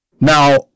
Now